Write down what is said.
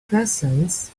persons